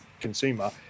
consumer